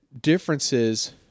differences